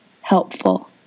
helpful